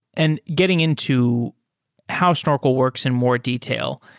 and getting into how snorkel works in more detail,